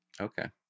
Okay